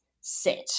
sit